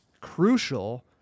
crucial